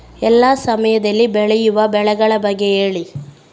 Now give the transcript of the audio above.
ಎಲ್ಲಾ ಸಮಯದಲ್ಲಿ ಬೆಳೆಯುವ ಬೆಳೆಗಳ ಬಗ್ಗೆ ಹೇಳಿ